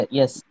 yes